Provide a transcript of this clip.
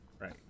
Right